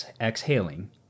exhaling